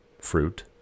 fruit